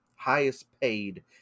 highest-paid